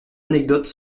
anecdotes